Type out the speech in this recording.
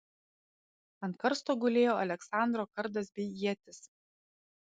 ant karsto gulėjo aleksandro kardas bei ietis